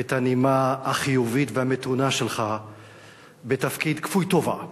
את הנימה החיובית והמתונה שלך בתפקיד כפוי טובה,